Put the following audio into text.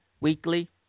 weekly